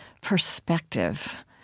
perspective